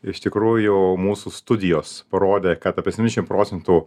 iš tikrųjų mūsų studijos parodė kad apie septyndešim procentų